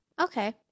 okay